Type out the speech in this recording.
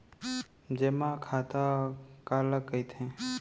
जेमा खाता काला कहिथे?